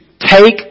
take